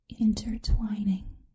intertwining